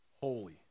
holy